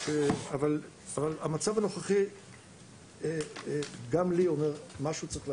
אבל במצב הנוכחי משהו צריך להיאמר,